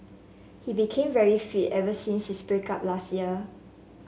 he became very fit ever since his break up last year